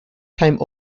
time